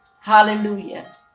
Hallelujah